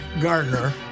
Gardner